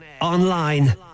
online